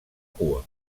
cua